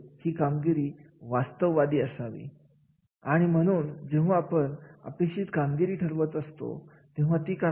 आणि यावेळेस असे कर्मचारी फक्त काम करणे या पलीकडे जास्त लक्ष देत नाही ते असे समजतात की मला एवढे मिळते त्या बदल्यात मी एवढेच काम देऊ शकतो यापलीकडे मी जास्त काम करू शकत नाही